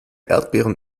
erdbeeren